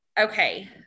Okay